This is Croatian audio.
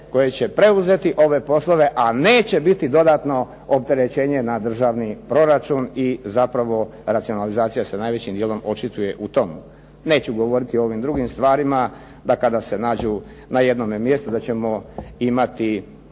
koje će preuzeti ove poslove, a neće biti dodatno opterećenje na državni proračun i zapravo racionalizacija se najvećim dijelom očituje u tom. Neću govoriti o ovim drugim stvarima da kada se nađu na jednome mjestu da ćemo imati